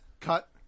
cut